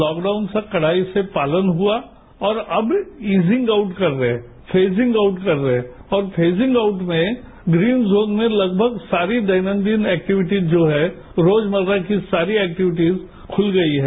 lockdown से कड़ाई से पालन हुआ और अब ईजिंग आउट कर रहे हैं फोजिंग आउट कर रहे है और फोजिंग आउट में ग्रीन जोन में लगभग सारी दैनन्दिन एक्टिविटीज जो हैं रोजमर्रा की सारी एक्टिविटीज खुल गई हैं